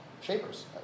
shapers